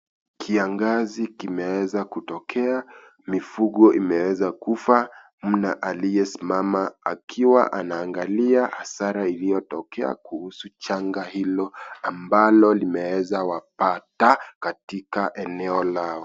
Kiangazi kimeweza kutokea mifugo imeweza kufa, mna aliyesimama akiwa anaangalia hasara iliyotokea kuhusu janga hilo ambalo limewezawapata katika eneo lao.